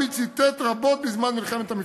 שהרבי ציטט רבות בזמן מלחמת המפרץ.